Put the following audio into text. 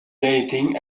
dating